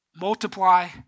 multiply